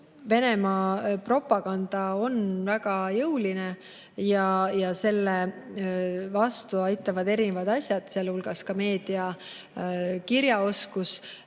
Venemaa propaganda on väga jõuline. Selle vastu aitavad erinevad asjad, sealhulgas meediakirjaoskus